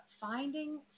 finding